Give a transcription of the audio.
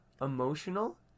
emotional